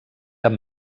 amb